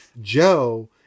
joe